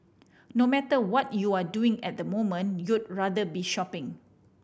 no matter what you're doing at the moment you'd rather be shopping